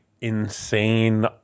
insane